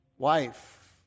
wife